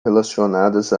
relacionadas